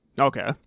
okay